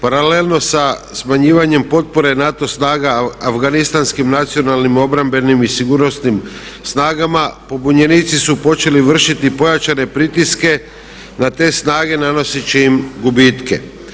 Paralelno sa smanjivanjem potpore NATO snaga afganistanskim nacionalnim obrambenim i sigurnosnim snagama pobunjenici su počeli vršiti pojačane pritiske na te snage nanoseći im gubitke.